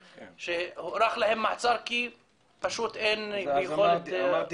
שהוארך להם המעצר כי פשוט אין יכולת --- אמרתי